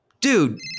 dude